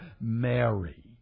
Mary